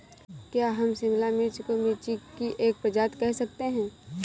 क्या हम शिमला मिर्च को मिर्ची की एक प्रजाति कह सकते हैं?